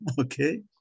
okay